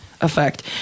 effect